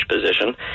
position